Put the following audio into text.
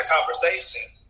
conversation